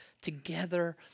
together